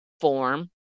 form